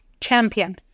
champion